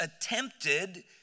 attempted